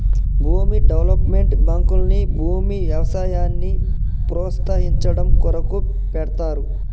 భూమి డెవలప్మెంట్ బాంకుల్ని భూమి వ్యవసాయాన్ని ప్రోస్తయించడం కొరకు పెడ్తారు